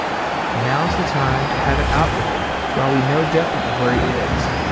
and now's the time to have it out with him while we know definitely where he is.